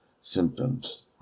symptoms